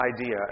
idea